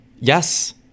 Yes